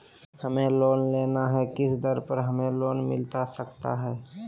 हमें लोन लेना है किस दर पर हमें लोन मिलता सकता है?